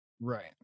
Right